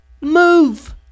move